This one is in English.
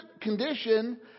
condition